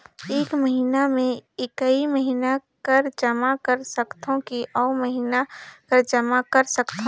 एक महीना मे एकई महीना कर जमा कर सकथव कि अउ महीना कर जमा कर सकथव?